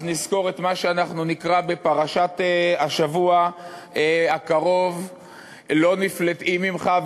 אז נזכור את מה שאנחנו נקרא בפרשת השבוע הקרוב: "לא נפלאת היא ממך,